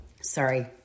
Sorry